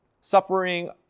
suffering